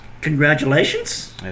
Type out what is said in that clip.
Congratulations